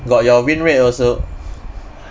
got your win rate also